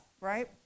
right